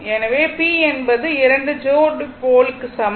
எனவே p என்பது 2 ஜோடி போல் க்கு சமம்